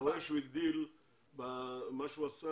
אתה רואה שמה שהוא עשה,